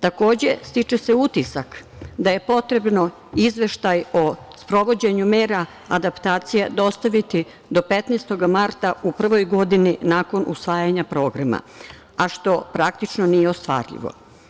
Takođe, stiče se utisak da je potrebno izveštaj o sprovođenju mera adaptacije dostaviti do 15. marta u prvoj godini nakon usvajanja programa, a što praktično nije ostvarljivo.